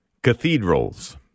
Cathedrals